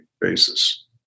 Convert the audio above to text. basis